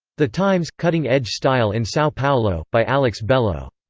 the times, cutting-edge style in sao paulo, by alex bello.